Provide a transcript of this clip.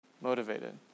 motivated